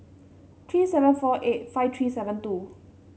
three seven four eight five three seven two